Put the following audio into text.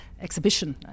exhibition